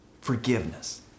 forgiveness